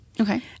Okay